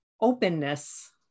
openness